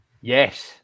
Yes